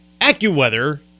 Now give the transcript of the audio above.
AccuWeather